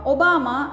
Obama